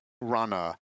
runner